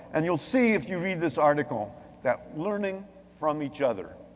and you'll see if you read this article that learning from each other,